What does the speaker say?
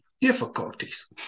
difficulties